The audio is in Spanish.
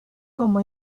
como